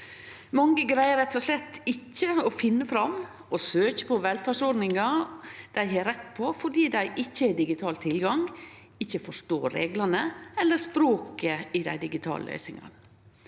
Mange greier rett og slett ikkje å finne fram og søkje på velferdsordningar dei har rett på, fordi dei ikkje har digital tilgang, eller fordi dei ikkje forstår reglane eller språket i dei digitale løysingane.